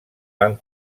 van